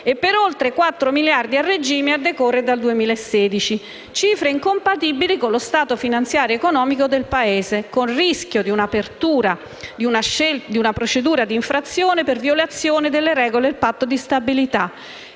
e per oltre 4 miliardi di euro a regime, a decorrere dal 2016, cifre incompatibili con lo stato finanziario ed economico del Paese, con il rischio di un'apertura di una procedura di infrazione per violazione delle regole del Patto di stabilità